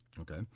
Okay